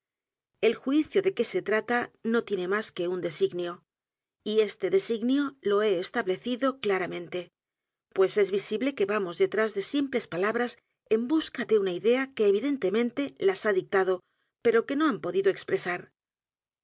el juicio de que se t r a t a no tiene más que un de ngnio y este designio lo he establecido claramente pues es visible que vamos detrás de simples palabras en busca de una idea que evidentemente las ha dictado pero que no han podido expresar